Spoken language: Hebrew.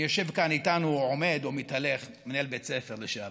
יושב כאן איתנו או עומד או מתהלך כאן מנהל בית הספר לשעבר.